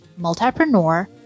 multipreneur